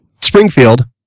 Springfield